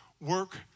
work